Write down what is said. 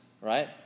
right